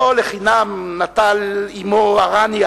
לא לחינם נטל עמו אראניה